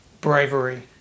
Bravery